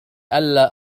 ألّا